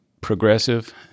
progressive